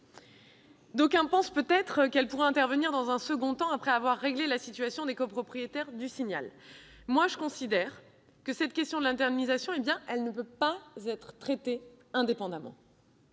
D'aucuns pensent peut-être qu'elle pourra intervenir dans un second temps, après avoir réglé la situation des copropriétaires du Signal. Pour ma part, je considère que la question de l'indemnisation ne peut pas être traitée indépendamment.